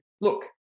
look